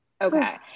Okay